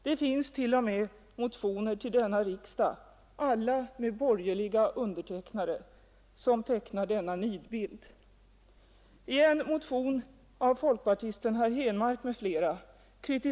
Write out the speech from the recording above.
Det finns t.o.m. motioner till denna riksdag, alla med borgerliga underskrifter, som tecknar denna nidbild.